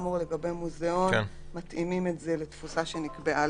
מתאימים את התפוסה במוזאון לתפוסה שנקבעה